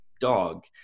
dog